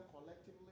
collectively